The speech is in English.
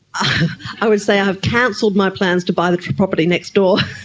i would say i've cancelled my plans to buy the property next door.